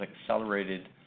accelerated